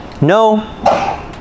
No